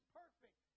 perfect